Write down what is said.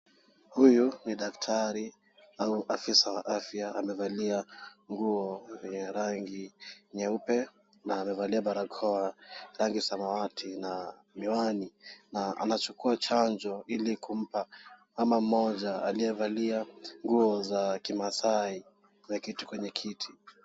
Huyu ni daktari au afisa wa afya amevalia nguo, yenye rangi nyeupe na amevalia barakoa rangi samawati na miwani na anachukua chanjo ili kumpa mama mmoja aliyevalia nguo za kimataifa kwenye kiti.